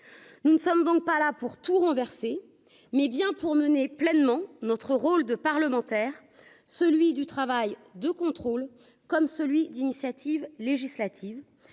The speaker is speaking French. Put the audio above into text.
nous ne sommes donc pas là pour tout renverser, mais bien pour mener pleinement notre rôle de parlementaire, celui du travail de contrôle comme celui d'initiative législative